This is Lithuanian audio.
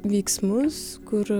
veiksmus kur